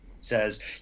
says